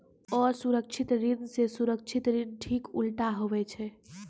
असुरक्षित ऋण से सुरक्षित ऋण ठीक उल्टा हुवै छै